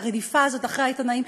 ברדיפה הזאת אחרי העיתונאים,